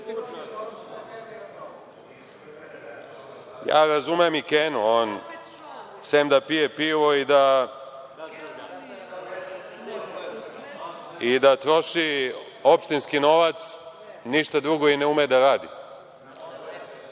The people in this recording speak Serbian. čast. Razumem i Kenu. On sem da pije pivo i da troši opštinski novac, ništa drugo i ne ume da radi. Ali,